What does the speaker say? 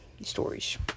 stories